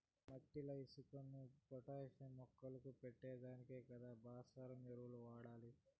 మట్టిల ఇనుము, పొటాషియం మొక్కకు పట్టే దానికి కదా భాస్వరం ఎరువులు వాడాలి